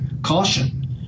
caution